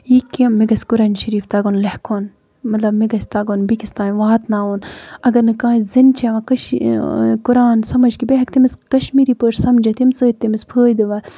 یہِ کیاہ مےٚ گژھِ قۄرانہِ شٔریٖف تَگُن لٮ۪کھُن مطلب مےٚ گژھِ تَگُن بیٚکِس تام واتناوُن اَگر نہٕ کانٛہہ زٔنۍ چھِ یِوان کٔشی قۄران سَمجھ کیٚنہہ بہٕ ہیٚکہٕ تٔمِس کشمیٖرِی پٲٹھۍ سَمجھٲیِتھ ییٚمہِ سۭتۍ تٔمِس فٲیدٕ واتہِ